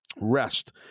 rest